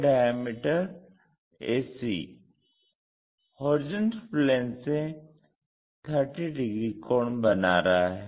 यह diameter AC HP से 30 degree कोण बना रहा है